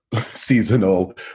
seasonal